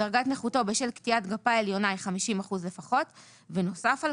דרגת נכותו בשל קטיעת גפה עליונה היא 50 אחוזים לפחות ונוסף על